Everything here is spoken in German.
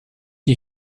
die